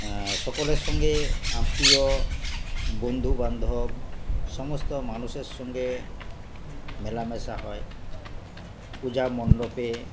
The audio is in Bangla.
সকলের সঙ্গে আত্মীয় বন্ধুবান্ধব সমস্ত মানুষের সঙ্গে মেলামেশা হয় পূজা মণ্ডপে